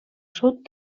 sud